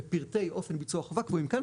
ופרטי אופן ביצוע החובה קבועים כאן,